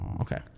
Okay